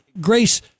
Grace